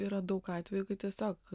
yra daug atvejų kai tiesiog